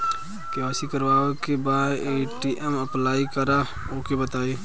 KYC करावे के बा ए.टी.एम अप्लाई करा ओके बताई?